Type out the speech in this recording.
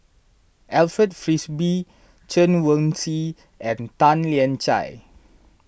Alfred Frisby Chen Wen Hsi and Tan Lian Chye